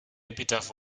epitaph